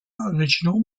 original